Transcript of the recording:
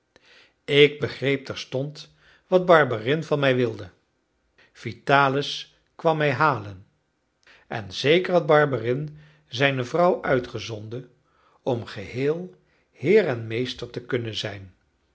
ik begreep terstond wat barberin van mij wilde vitalis kwam mij halen en zeker had barberin zijne vrouw uitgezonden om geheel heer en meester te kunnen zijn